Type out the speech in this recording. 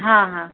હા હા